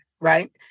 right